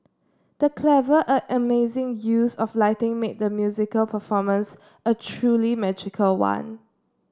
the clever and amazing use of lighting made the musical performance a truly magical one